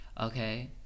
okay